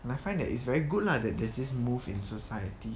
and I find that it's very good lah that there's this move in society